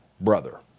brother